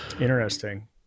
Interesting